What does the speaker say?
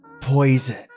poison